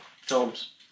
films